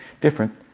Different